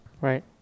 Right